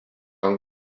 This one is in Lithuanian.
ant